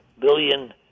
billion